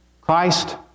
Christ